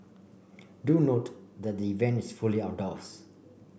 do note that the event is fully outdoors